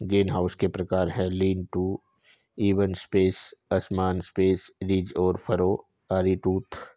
greenhouse के प्रकार है, लीन टू, इवन स्पेन, असमान स्पेन, रिज और फरो, आरीटूथ